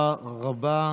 תודה רבה.